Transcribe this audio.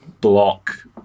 block